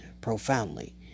profoundly